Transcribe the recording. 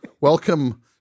welcome